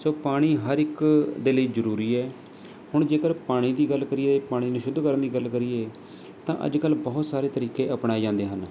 ਸੋ ਪਾਣੀ ਹਰ ਇੱਕ ਦੇ ਲਈ ਜ਼ਰੂਰੀ ਹੈ ਹੁਣ ਜੇਕਰ ਪਾਣੀ ਦੀ ਗੱਲ ਕਰੀਏ ਪਾਣੀ ਨੂੰ ਸ਼ੁੱਧ ਕਰਨ ਦੀ ਗੱਲ ਕਰੀਏ ਤਾਂ ਅੱਜ ਕੱਲ੍ਹ ਬਹੁਤ ਸਾਰੇ ਤਰੀਕੇ ਅਪਣਾਏ ਜਾਂਦੇ ਹਨ